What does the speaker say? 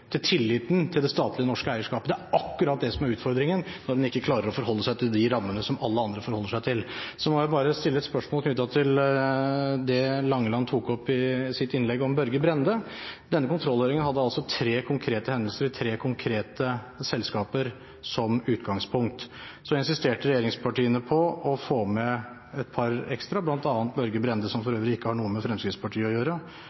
tilliten til det statlige norske eierskapet. Det er akkurat det som er utfordringen når en ikke klarer å forholde seg til de rammene som alle andre forholder seg til. Så må jeg bare stille et spørsmål knyttet til det Langeland tok opp i sitt innlegg om Børge Brende. Denne kontrollhøringen hadde altså tre konkrete hendelser i tre konkrete selskaper som utgangspunkt. Så insisterte regjeringspartiene på å få med et par ekstra, bl.a. Børge Brende, som